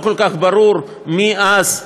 לא כל כך ברור מי אז,